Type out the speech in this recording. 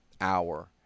hour